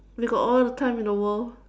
we got all the time in the world